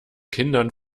kindern